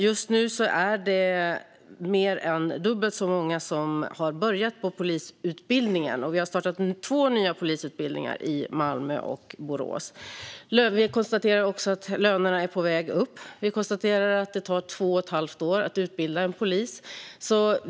Just nu är det mer än dubbelt så många som tidigare som har börjat på polisutbildningen, och vi har startat två nya polisutbildningar, en i Malmö och en i Borås. Vi konstaterar också att lönerna är på väg upp. Vi konstaterar att det tar två och ett halvt år att utbilda en polis.